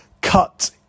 Cut